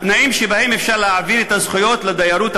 התנאים שבהם אפשר להעביר את זכויות הדיירות המוגנת,